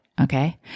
Okay